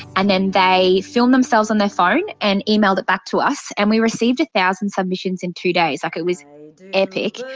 and then they filmed themselves on their phone and email that back to us. and we received a thousand submissions in two days. like it was epic.